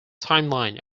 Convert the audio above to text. timeline